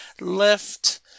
left